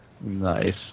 Nice